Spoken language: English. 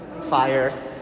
fire